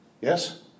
Yes